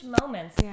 moments